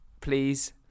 please